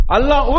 Allah